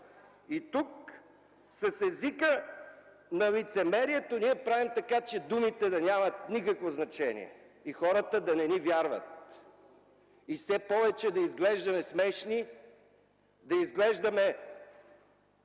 И тук с езика на лицемерието ние правим така, че думите да нямат никакво значение и хората да не ни вярват, и все повече да изглеждаме смешни, да изглеждаме